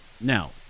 Now